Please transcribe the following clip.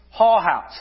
Hallhouse